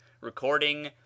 recording